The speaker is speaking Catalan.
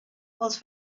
pels